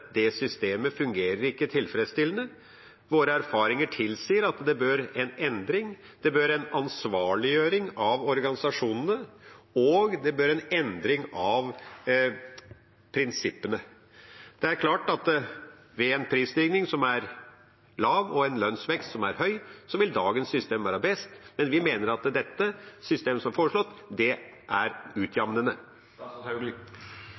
dette systemet ikke fungerer tilfredsstillende. Våre erfaringer tilsier at det bør bli en endring, det bør bli en ansvarliggjøring av organisasjonene, og det bør bli en endring av prinsippene. Det er klart at ved en prisstigning som er lav, og en lønnsvekst som er høy, vil dagens system være best, men vi mener at det systemet som er foreslått, er utjamnende. Det gis inntrykk av her at det er